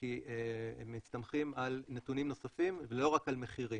כי הם מסתמכים על נתונים נוספים, לא רק על מחירים.